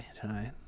tonight